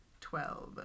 twelve